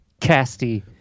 Casty